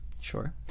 Sure